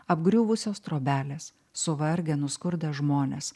apgriuvusios trobelės suvargę nuskurdę žmonės